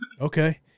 Okay